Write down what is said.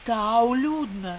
tau liūdna